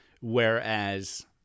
Whereas